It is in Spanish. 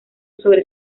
sobre